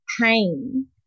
pain